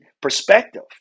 perspective